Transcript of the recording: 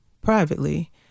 privately